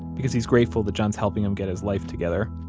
because he's grateful that john's helping him get his life together.